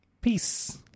Peace